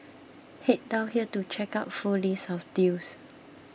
head down here to check out full list of deals